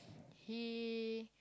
he